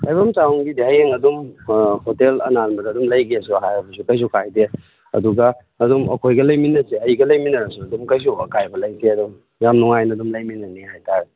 ꯂꯩꯐꯝ ꯆꯥꯐꯝꯒꯤꯗꯤ ꯍꯌꯦꯡ ꯑꯗꯨꯝ ꯍꯣꯇꯦꯜ ꯑꯅꯥꯟꯕꯗ ꯑꯗꯨꯝ ꯂꯩꯒꯦꯁꯨ ꯍꯥꯏꯔꯕꯁꯨ ꯀꯔꯤꯁꯨ ꯀꯥꯏꯗꯦ ꯑꯗꯨꯒ ꯑꯗꯨꯝ ꯑꯩꯈꯣꯏꯒ ꯂꯩꯃꯤꯟꯅꯁꯦ ꯑꯩꯒ ꯂꯩꯃꯤꯟꯅꯔꯁꯨ ꯑꯗꯨꯝ ꯀꯩꯁꯨ ꯑꯀꯥꯏꯕ ꯂꯩꯇꯦ ꯑꯗꯨꯝ ꯌꯥꯝ ꯅꯨꯡꯉꯥꯏꯅ ꯑꯗꯨꯝ ꯂꯩꯃꯤꯟꯅꯅꯤ ꯍꯥꯏꯇꯥꯔꯦ